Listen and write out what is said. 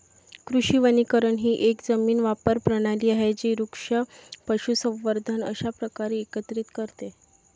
कृषी वनीकरण ही एक जमीन वापर प्रणाली आहे जी वृक्ष, पशुसंवर्धन अशा प्रकारे एकत्रित करते